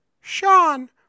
Sean